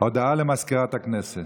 הודעה לסגנית מזכיר הכנסת.